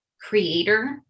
creator